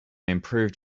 improved